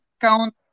count